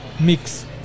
mix